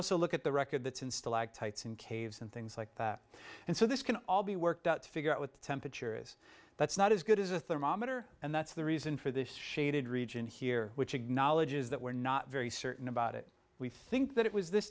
also look at the record that since the lack tights in caves and things like that and so this can all be worked out to figure out what the temperature is that's not as good as a thermometer and that's the reason for this shaded region here which acknowledges that we're not very certain about it we think that it was this